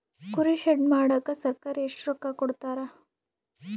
ಕುರಿ ಶೆಡ್ ಮಾಡಕ ಸರ್ಕಾರ ಎಷ್ಟು ರೊಕ್ಕ ಕೊಡ್ತಾರ?